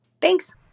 Thanks